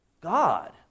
God